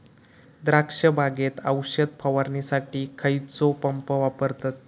द्राक्ष बागेत औषध फवारणीसाठी खैयचो पंप वापरतत?